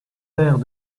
aires